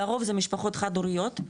לרוב זה משפחות חד-הוריות,